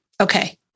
Okay